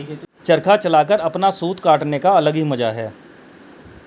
चरखा चलाकर अपना सूत काटने का अलग ही मजा है